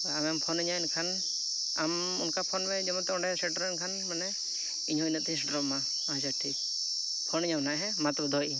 ᱟᱢᱮᱢ ᱯᱷᱳᱱᱟᱹᱧᱟᱹ ᱮᱱᱠᱷᱟᱱ ᱟᱢ ᱚᱱᱠᱟ ᱯᱷᱳᱱ ᱢᱮ ᱡᱮᱢᱱᱛᱮ ᱚᱸᱰᱮ ᱥᱮᱴᱮᱨᱮᱱ ᱠᱷᱟᱱ ᱢᱟᱱᱮ ᱤᱧᱦᱚᱸ ᱤᱱᱟᱹᱜ ᱛᱮᱧ ᱥᱮᱴᱮᱨᱚᱜ ᱟ ᱢᱟ ᱟᱪᱪᱷᱟ ᱴᱷᱤᱠ ᱯᱷᱳᱱᱟᱹᱧᱟᱹᱢ ᱦᱟᱸᱜ ᱢᱟᱛᱚᱵᱮ ᱫᱚᱦᱚᱭᱮᱜ ᱟᱹᱧ